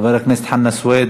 חבר הכנסת חנא סוייד,